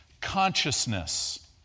consciousness